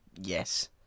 Yes